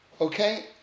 Okay